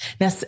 Now